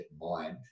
mind